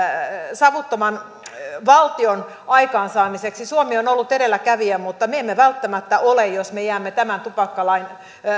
savuttoman valtion aikaansaamiseksi suomi on ollut edelläkävijä mutta me emme välttämättä ole jos me jäämme tämän tupakkalain